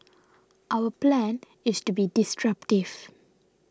our plan is to be disruptive